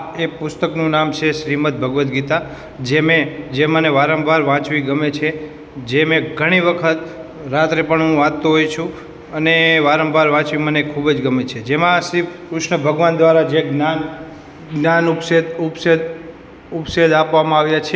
એ પુસ્તકનું નામ છે શ્રીમદ્ ભગવદ્ ગીતા જે મેં જે મને વારંવાર વાંચવી ગમે છે જે મેં ઘણી વખત રાત્રે પણ હું વાંચતો હોઉં છું અને વારંવાર વાંચવી મને ખૂબ જ ગમે છે જેમાં સિર્ફ કૃષ્ણ ભગવાન દ્વારા જે જ્ઞાન ઉપદેશ ઉપદેશ ઉપદેશ આપવામાં આવ્યા છે